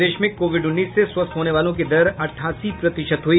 प्रदेश में कोविड उन्नीस से स्वस्थ होने वालों की दर अठासी प्रतिशत हुई